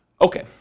Okay